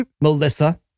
Melissa